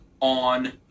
on